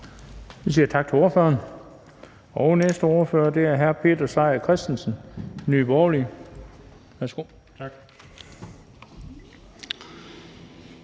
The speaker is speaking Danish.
Vi siger tak til ordføreren. Den næste ordfører er hr. Peter Seier Christensen, Nye Borgerlige. Værsgo. Kl.